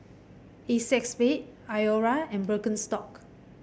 Acexspade Iora and Birkenstock